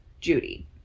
Judy